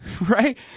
right